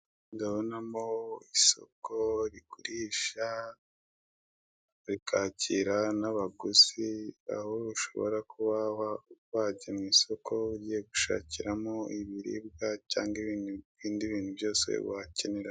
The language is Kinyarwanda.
Ndabonamo isoko rigurisha, rikakira n'abaguzi aho ushobora kuba wajya mu isoko ugiye gushakiramo ibiribwa cyangwa ibindi bintu byose wakenera.